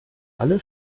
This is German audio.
alle